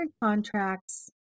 contracts